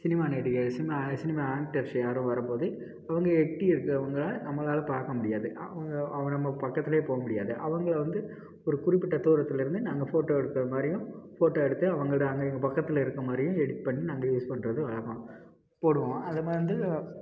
cinema நடிகர் cinema cinema actors யாரும் வரும் போது அவங்க எட்டி இருக்கிறவங்கள நம்மளால் பார்க்க முடியாது அவங்க அவங்க நம்ம பக்கத்துலேயே போகமுடியாது அவங்கள வந்து ஒரு குறிப்பிட்ட தூரத்துலேருந்து நாங்கள் ஃபோட்டோ எடுக்கிற மாதிரியும் ஃபோட்டோ எடுத்து அவங்களோட அவங்க எங்கள் பக்கத்தில் இருக்கிற மாதிரியும் எடிட் பண்ணி நாங்கள் யூஸ் பண்ணுறது வழக்கம் போடுவோம் அது மாரி வந்து